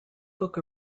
book